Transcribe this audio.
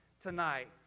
tonight